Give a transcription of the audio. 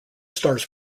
stars